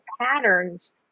patterns